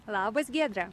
labas giedre